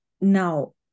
now